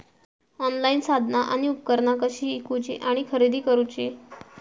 Online साधना आणि उपकरणा कशी ईकूची आणि खरेदी करुची?